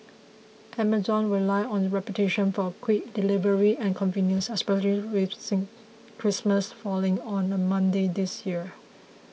amazon will rely on its reputation for quick delivery and convenience especially with Christmas falling on a Monday this year